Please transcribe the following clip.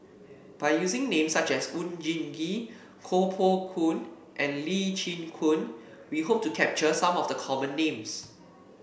by using names such as Oon Jin Gee Koh Poh Koon and Lee Chin Koon we hope to capture some of the common names